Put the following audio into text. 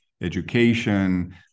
education